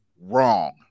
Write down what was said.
wrong